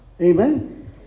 Amen